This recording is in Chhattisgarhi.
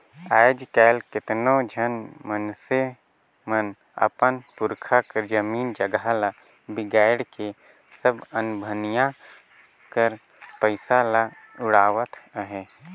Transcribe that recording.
आएज काएल केतनो झन मइनसे मन अपन पुरखा कर जमीन जगहा ल बिगाएड़ के सब अनभनिया कर पइसा ल उड़ावत अहें